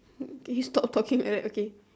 can you stop talking like that okay